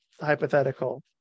hypothetical